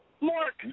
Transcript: Mark